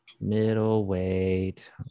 Middleweight